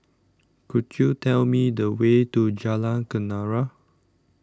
Could YOU Tell Me The Way to Jalan Kenarah